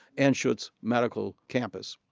anschutz medical campus.